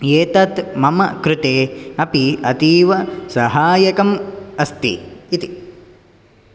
एतत् मम कृते अपि अतीवसहायकं अस्ति इति